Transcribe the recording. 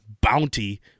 bounty